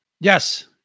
Yes